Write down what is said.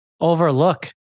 overlook